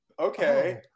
Okay